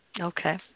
Okay